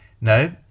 No